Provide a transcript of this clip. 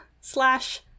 slash